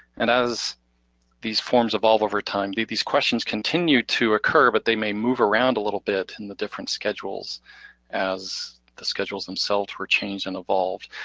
and as these forms evolve over time, these questions continued to occur, but they may move around a little bit in the different schedules as the schedules themselves were changed and evolved.